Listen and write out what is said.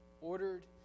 Ordered